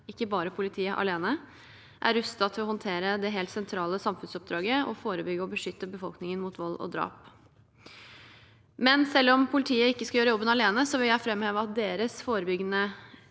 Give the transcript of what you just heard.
ikke bare politiet alene – er rustet til å håndtere dette helt sentrale samfunnsoppdraget å forebygge og beskytte befolkningen mot vold og drap. Selv om politiet ikke skal gjøre jobben alene, vil jeg samtidig framheve at deres forebyggende